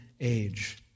age